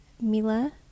Mila